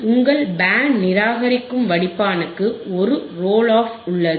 உங்கள் பேண்ட் நிராகரிக்கும் வடிப்பானுக்கு ஒரு ரோல் ஆஃப் உள்ளது